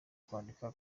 kwandika